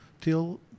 till